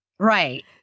Right